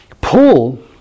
Paul